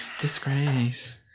Disgrace